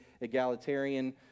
egalitarian